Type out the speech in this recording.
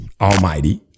almighty